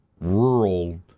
rural